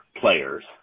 players